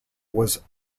was